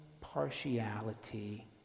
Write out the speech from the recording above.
partiality